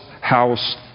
house